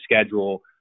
schedule